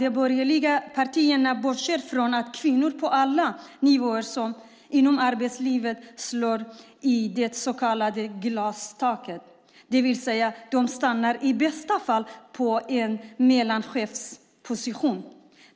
De borgerliga partierna bortser från att kvinnor på alla nivåer inom arbetslivet slår i det så kallade glastaket, det vill säga att de i bästa fall stannar på en mellanchefsposition.